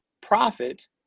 profit